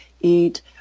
eat